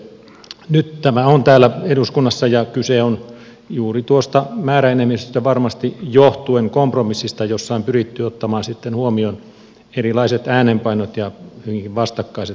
nyt tämä on täällä eduskunnassa ja kyse on varmasti juuri tuosta määräenemmistöstä johtuen kompromissista jossa on pyritty ottamaan huomioon erilaiset äänenpainot ja vastakkaiset näkemykset